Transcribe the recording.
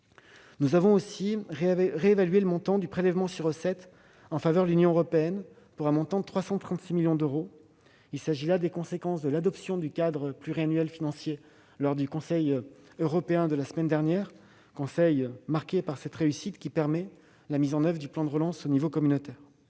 Nous avons, en outre, réévalué le montant du prélèvement sur recettes en faveur de l'Union européenne de 336 millions d'euros supplémentaires. Il s'agit là de la conséquence de l'adoption du cadre pluriannuel financier lors du Conseil européen de la semaine dernière. Ce Conseil a été marqué par cette réussite, qui permet la mise en oeuvre d'un plan de relance à l'échelon communautaire.